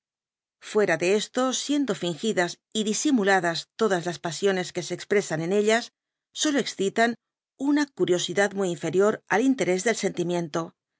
fuera de esto siendo ngidas y disimuladas todas las pasiones que se expresan en ellas solo excitan ima curiosidad muy inferior al interés del sentimiento